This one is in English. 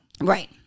Right